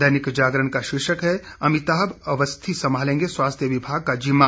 दैनिक जागरण का शीर्षक है अमिताभ अवस्थी संभालेंगे स्वास्थ्य विभाग का जिम्मा